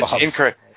incorrect